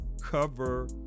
cover